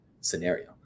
scenario